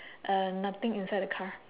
uh nothing inside the car